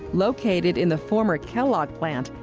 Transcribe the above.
located in the former kellogg plant,